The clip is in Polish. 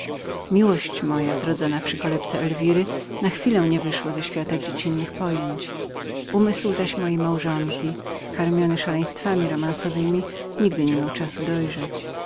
miłość moja zrodzona przy kolebce elwiry na chwilę nie wyszła z dziecinnych lat umysł zaś jej karmiony szaleństwami romansowemi nigdy nie miał czasu dojrzeć